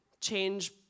change